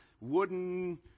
wooden